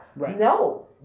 No